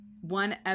one